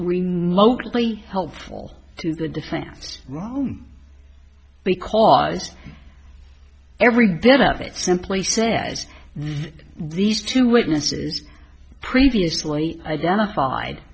remotely helpful to the defense wrong because every bit of it simply says these two witnesses previously identified